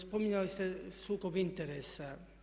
Spominjali ste sukob interesa.